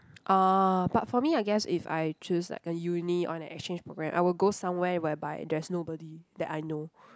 ah but for me I guess if I choose like a uni on an exchange program I will go somewhere whereby there's nobody that I know